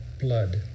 blood